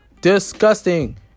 disgusting